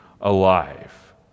alive